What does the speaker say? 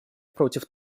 против